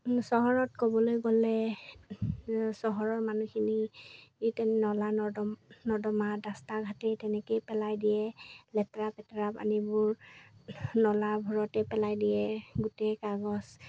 চহৰত ক'বলৈ গ'লে চহৰৰ মানুহখিনি এই তেনেকৈ নলা নৰ্দমা ৰাস্তা ঘাটেই তেনেকৈয়ে পেলাই দিয়ে লেতেৰা পেতেৰা পানীবোৰ নলাবোৰতেই পেলাই দিয়ে গোটেই কাগজ